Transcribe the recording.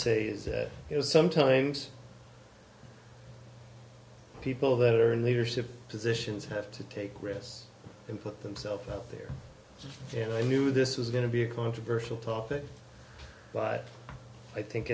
say is that you know sometimes people that are in leadership positions have to take risks and put themselves out there and i knew this was going to be a controversial topic but i think